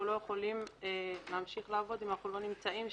לא יכולים להמשיך לעבוד אם אנחנו לא נמצאים שם.